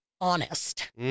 honest